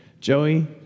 Joey